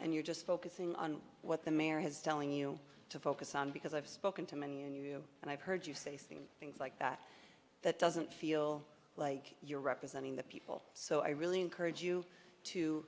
and you're just focusing on what the mayor has telling you to focus on because i've spoken to many and you and i've heard you say saying things like that that doesn't feel like you're representing the people so i really encourage you to